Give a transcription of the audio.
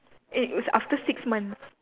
it was after six months